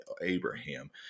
Abraham